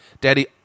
Daddy